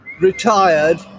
retired